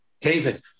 David